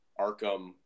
Arkham